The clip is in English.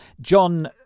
John